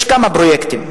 יש כמה פרויקטים,